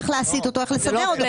איך להסיט אותו ואיך לסדר אותו.